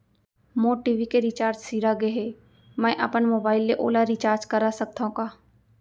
मोर TV के recharge सिरा गे हे, मैं अपन मोबाइल ले ओला रिचार्ज करा सकथव का?